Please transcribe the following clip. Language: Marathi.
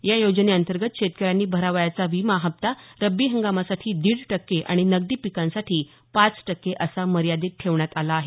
या योजनेअंतर्गत शेतकऱ्यांनी भरावयाचा विमा हप्ता रब्बी हंगामासाठी दीड टक्के आणि नगदी पिकांसाठी पाच टक्के असा मर्यादित ठेवण्यात आला आहे